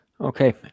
okay